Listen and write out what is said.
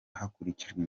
hakurikijwe